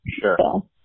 Sure